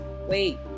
wait